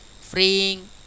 freeing